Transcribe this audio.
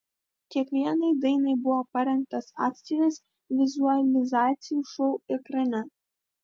kiekvienai dainai buvo parengtas atskiras vizualizacijų šou ekrane